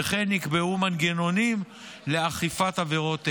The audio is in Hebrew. וכן נקבעו מנגנונים לאכיפת עבירות אלה.